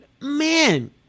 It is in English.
man